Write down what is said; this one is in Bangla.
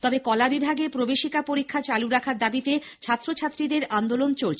তবে কলা বিভাগে প্রবেশিকা পরীক্ষা চালু রাখার দাবিতে ছাত্র ছাত্রীদের আন্দোলন চলছে